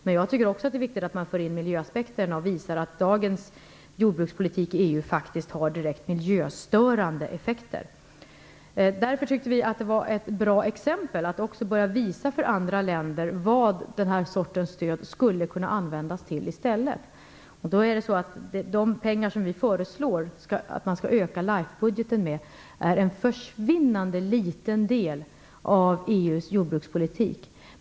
Men jag tycker också att det är viktigt att man för in miljöaspekterna och visar att dagens jordbrukspolitik i EU faktiskt har miljöstörande effekter. Därför tyckte vi att det var ett bra exempel att börja visa för andra länder vad den sortens stöd i stället skulle kunna användas till. De pengar som vi föreslår att man skall öka LIFE-budgeten med är en försvinnande liten del av EU:s totala jordbrukspolitik.